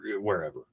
wherever